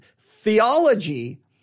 theology